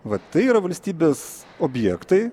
va tai yra valstybės objektai